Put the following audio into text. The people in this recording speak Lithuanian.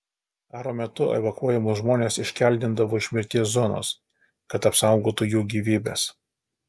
karo metu evakuojamus žmones iškeldindavo iš mirties zonos kad apsaugotų jų gyvybes